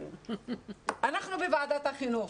אנחנו בוועדת החינוך,